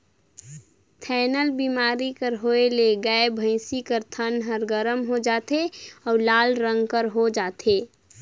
थनैल बेमारी कर होए ले गाय, भइसी कर थन ह गरम हो जाथे अउ लाल रंग कर हो जाथे